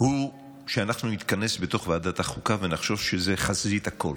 הוא שאנחנו נתכנס בתוך ועדת החוקה ונחשוב שזה חזית הכול,